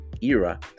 era